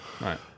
Right